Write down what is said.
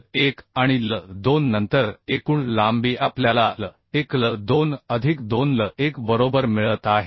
L1 आणि L2 नंतर एकूण लांबी आपल्याला L1 L2 अधिक 2L1 बरोबर मिळत आहे